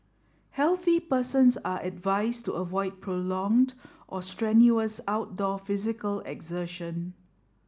healthy persons are advised to avoid prolonged or strenuous outdoor physical exertion